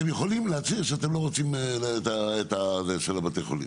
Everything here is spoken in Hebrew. אתם יכולים להצהיר שאתם לא רוצים את הזה של בתי החולים.